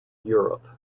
europe